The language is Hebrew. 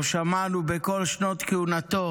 לא שמענו בכל שנות כהונתו